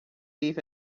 beef